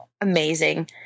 amazing